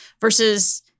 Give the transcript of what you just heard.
versus